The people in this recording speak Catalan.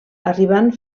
arribant